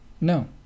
no